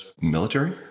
military